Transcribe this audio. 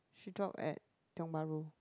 she drop at Tiong Bahru